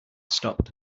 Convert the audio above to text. stopped